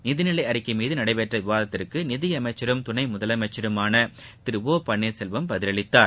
நிதிநிலை அறிக்கை மீது நடைபெற்ற விவாதத்திற்கு நிதியமைச்சரும் துணை முதலமைச்சருமான திரு ஒ பன்னீர்செல்வம் பதிலளித்தார்